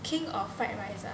king of fried rice ah